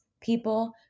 people